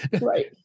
Right